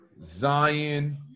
Zion